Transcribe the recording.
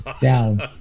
down